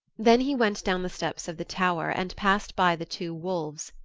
then he went down the steps of the tower and passed by the two wolves,